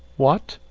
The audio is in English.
what!